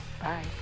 Bye